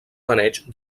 maneig